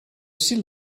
still